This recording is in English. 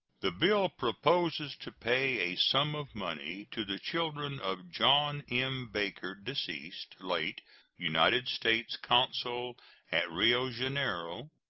the bill proposes to pay a sum of money to the children of john m. baker, deceased, late united states consul at rio janeiro,